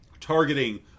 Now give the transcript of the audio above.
targeting